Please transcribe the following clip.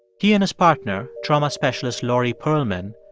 he and his partner, trauma specialist laurie pearlman,